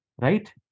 Right